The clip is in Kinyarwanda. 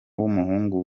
w’umuhungu